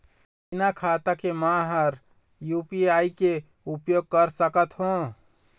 बिना खाता के म हर यू.पी.आई के उपयोग कर सकत हो?